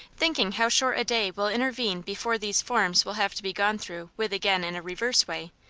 thinking how short a day will intervene before these forms will have to be gone through with again in a reverse way,